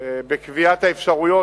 בקביעת האפשרויות,